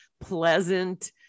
pleasant